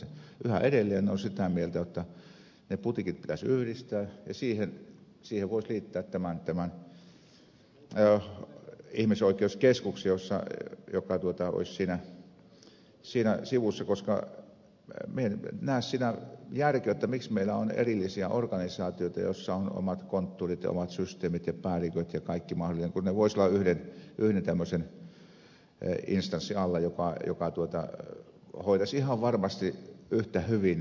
yhä edelleen olen sitä mieltä jotta ne putiikit pitäisi yhdistää ja siihen voisi liittää tämän ihmisoikeuskeskuksen joka olisi siinä sivussa koska minä en näe siinä järkeä jotta meillä on erillisiä organisaatioita joissa on omat konttuurit ja omat systeemit ja päälliköt ja kaikki mahdollinen kun ne voisivat olla yhden tämmöisen instanssin alla joka hoitaisi ihan varmasti yhtä hyvin ne asiat